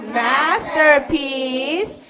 masterpiece